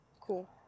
Cool